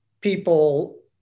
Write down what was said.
people